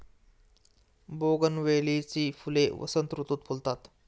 बोगनवेलीची फुले वसंत ऋतुत फुलतात